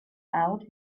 out